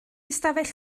ystafell